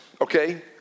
Okay